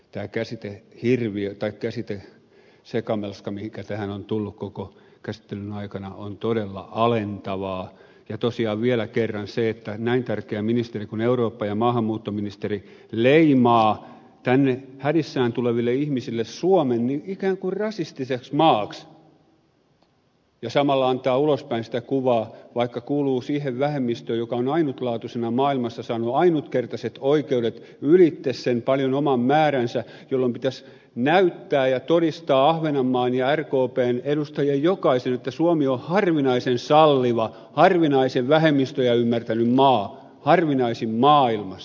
tämä käsitehirviö tai käsitesekamelska mikä tähän on tullut koko käsittelyn aikana on todella alentavaa ja tosiaan vielä kerran se että näin tärkeä ministeri kuin eurooppa ja maahanmuuttoministeri leimaa tänne hädissään tuleville ihmisille suomen ikään kuin rasistiseksi maaksi ja samalla antaa ulospäin sitä kuvaa vaikka kuuluu siihen vähemmistöön joka on ainutlaatuisena maailmassa saanut ainutkertaiset oikeudet paljon ylitse sen oman määränsä jolloin pitäisi näyttää ja todistaa ahvenanmaan ja rkpn edustajien jokaisen että suomi on harvinaisen salliva harvinaisen vähemmistöjä ymmärtänyt maa harvinaisin maailmassa